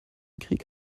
krieg